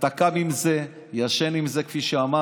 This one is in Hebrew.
אתה קם עם זה, ישן עם זה, כפי שאמרתי.